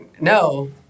no